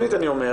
שנית אני אומר,